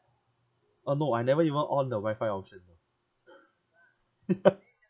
orh no I never even on the wifi option